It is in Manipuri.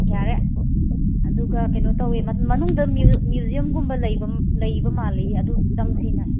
ꯌꯥꯔꯦ ꯑꯗꯨꯒ ꯀꯩꯅꯣ ꯇꯧꯋꯦ ꯃꯅꯨꯡ ꯃꯅꯨꯡꯗ ꯃ꯭ꯌꯨ ꯃ꯭ꯌꯨꯖ꯭ꯌꯝꯒꯨꯝꯕ ꯂꯩꯕ ꯂꯩꯕ ꯃꯥꯜꯂꯦ ꯑꯗꯨ ꯆꯪꯁꯤꯅꯦ